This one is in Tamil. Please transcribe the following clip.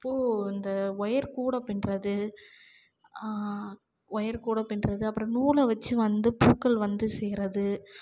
இப்போ இந்த ஒயர்கூடை பின்னுறது ஒயர்கூடை பின்னுறது அப்புறம் நூலை வச்சு வந்து பூக்கள் வந்து செய்யறது